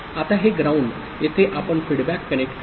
आता हे ग्राउंड येथे आपण फीडबॅक कनेक्ट करा